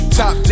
top